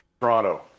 Toronto